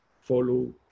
follow